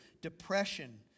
depression